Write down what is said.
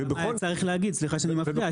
צריך להגיד סליחה שאני מפריע,